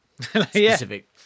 Specific